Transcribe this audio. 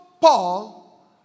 Paul